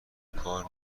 کار